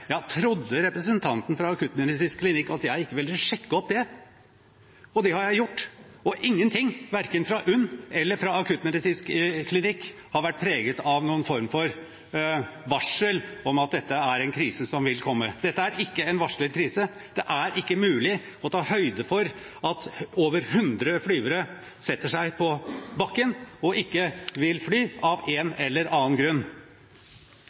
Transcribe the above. jeg ikke ville sjekke opp det? Det har jeg gjort. Ingenting, verken fra UNN eller fra akuttmedisinsk klinikk har vært preget av noen form for varsel om at dette er en krise som ville komme. Dette er ikke en varslet krise. Det er ikke mulig å ta høyde for at over 100 flyvere setter seg på bakken og ikke vil fly av en eller annen grunn.